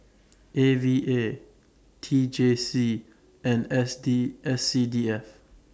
A V A T J C and S D S C D F